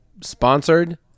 sponsored